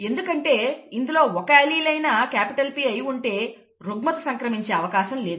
ఎందుకంటే ఇందులో ఒక అల్లీల్ అయినా క్యాపిటల్ P అయి ఉంటే రుగ్మత సంక్రమించే అవకాశం లేదు